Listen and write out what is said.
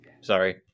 Sorry